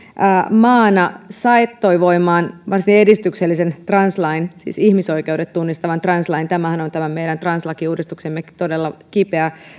maana saattoi voimaan varsin edistyksellisen translain siis ihmisoikeudet tunnistavan translain tämä meidän translakiuudistuksemme todella kipeä